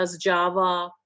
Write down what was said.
Java